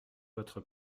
votre